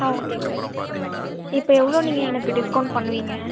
okay sir இப்போ எவ்வளோ நீங்கள் எனக்கு டிஸ்க்கவுண்ட் பண்ணுவிங்க